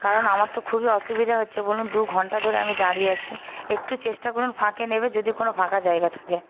কারণ আমার তো খুবই অসুবিধা হচ্ছে বলুন দু ঘন্টা ধরে আমি দাঁড়িয়ে আছি একটু চেষ্টা করুন ফাঁকে নেমে যদি কোনও ফাঁকা জায়গা থাকে